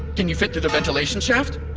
can you fit through the ventilation shaft?